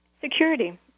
Security